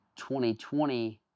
2020